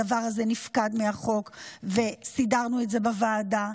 הדבר הזה נפקד מהחוק וסידרנו את זה בוועדה.